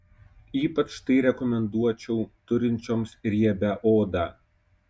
ypač tai rekomenduočiau turinčioms riebią odą